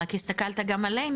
רק הסתכלת גם עלינו,